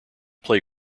play